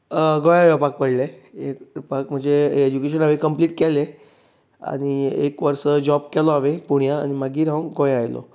गोंयां येवपाक पडलें म्हजें एजुकेशन हांवें कप्लीट केलें आनी एक वर्सा जॉब केलो हांवें पुण्या आनी मागीर हांव गोंयां आयलो